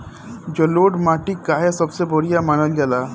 जलोड़ माटी काहे सबसे बढ़िया मानल जाला?